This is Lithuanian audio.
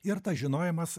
ir tas žinojimas